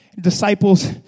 Disciples